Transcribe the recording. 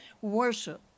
worship